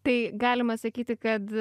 tai galima sakyti kad